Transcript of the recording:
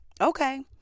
Okay